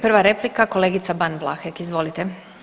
Prva replika kolegica Ban Vlahek, izvolite.